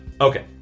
Okay